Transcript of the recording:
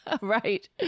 Right